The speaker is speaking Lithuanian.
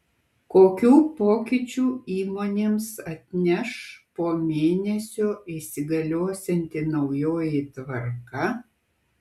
kokių pokyčių įmonėms atneš po mėnesio įsigaliosianti naujoji tvarka